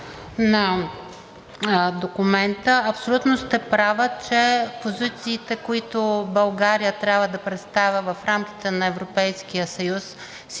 Абсолютно сте права, че позициите, които България трябва да представя в рамките на Европейския съюз,